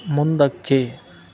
ಮುಂದಕ್ಕೆ